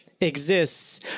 exists